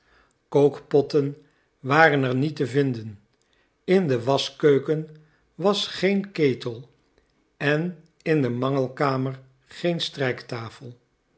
kookpotten waren er niet te vinden in de waschkeuken was geen ketel en in de mangelkamer geen